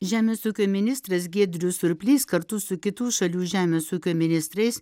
žemės ūkio ministras giedrius surplys kartu su kitų šalių žemės ūkio ministrais